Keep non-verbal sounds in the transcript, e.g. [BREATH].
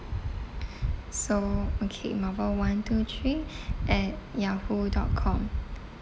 [BREATH] so okay marvel one two three [BREATH] at yahoo dot com